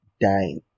dying